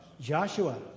Joshua